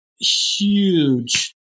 huge